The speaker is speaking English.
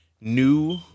new